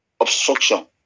obstruction